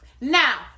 Now